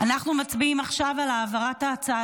אנחנו מצביעים עכשיו על העברת ההצעה